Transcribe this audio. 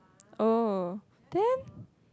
oh then